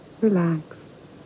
Relax